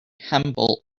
humboldt